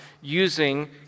using